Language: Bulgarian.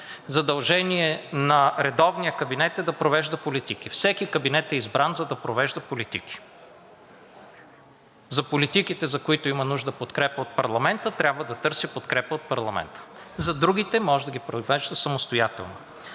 задължение на редовния кабинет е да провежда политики, всеки кабинет е избран, за да провежда политики. За политиките, за които има нужда подкрепа от парламента, трябва да търси подкрепа от парламента, за другите – може да ги провежда самостоятелно.